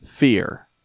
fear